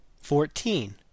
Fourteen